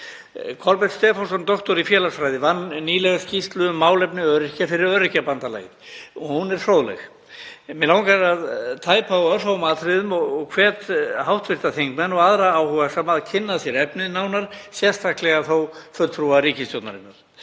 Kolbeinn Stefánsson, doktor í félagsfræði, vann nýlega skýrslu um málefni öryrkja fyrir Öryrkjabandalagið og hún er fróðleg. Mig langar að tæpa á örfáum atriðum og hvet hv. þingmenn og aðra áhugasama til að kynna sér efnið nánar, sérstaklega þó fulltrúa ríkisstjórnarinnar.